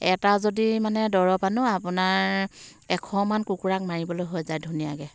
এটা যদি মানে দৰৱ আনোঁ আপোনাৰ এশমান কুকুৰাক মাৰিবলৈ হৈ যায় ধুনীয়াকৈ